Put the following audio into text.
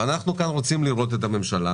אנחנו כאן רוצים לראות את הממשלה